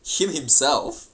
shield himself